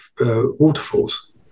waterfalls